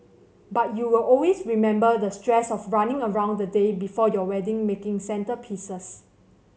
but you'll always remember the stress of running around the day before your wedding making centrepieces